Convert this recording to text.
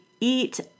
eat